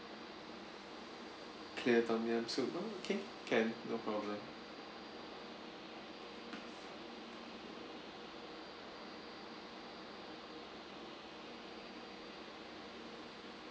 clear tom yum soup oh okay can no problem